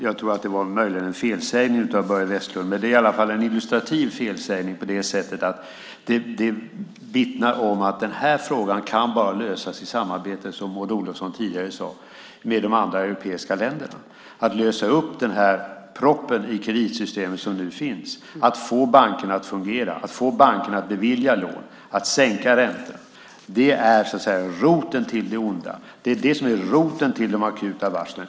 Det var möjligen en felsägning av Börje Vestlund, men det är i alla fall en illustrativ felsägning. Det vittnar om att den här frågan bara kan lösas i samarbete, som Maud Olofsson tidigare sade, med de andra europeiska länderna. Det handlar om att lösa upp den propp i kreditsystemet som nu finns, att få bankerna att fungera, att få dem att bevilja lån och att sänka räntorna. Det är roten till det onda. Det är det som är roten till de akuta varslen.